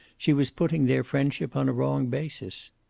she was putting their friendship on a wrong basis.